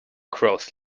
crows